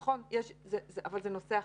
נכון, אבל זה נושא אחר.